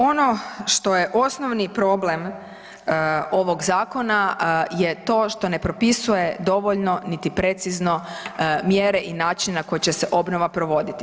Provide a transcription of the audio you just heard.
Ono što je osnovni problem ovog zakona je to što ne propisuje dovoljno niti precizno mjere i način na koji će se obnova provoditi.